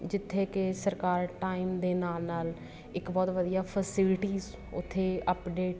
ਜਿੱਥੇ ਕਿ ਸਰਕਾਰ ਟਾਈਮ ਦੇ ਨਾਲ ਨਾਲ ਇੱਕ ਬਹੁਤ ਵਧੀਆ ਫੈਸਿਲਿਟੀਜ ਉੱਥੇ ਅੱਪਡੇਟ